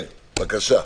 כן, בבקשה.